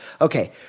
Okay